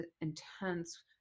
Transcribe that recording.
intense